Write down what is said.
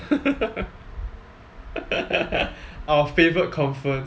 our favourite conference